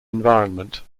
environment